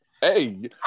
Hey